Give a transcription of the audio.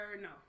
no